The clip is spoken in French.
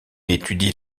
étudie